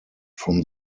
from